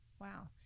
Wow